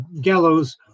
gallows